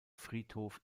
friedhof